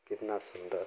कितना सुन्दर